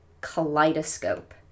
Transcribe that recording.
kaleidoscope